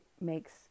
makes